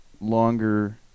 longer